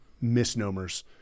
misnomers